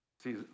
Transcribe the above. See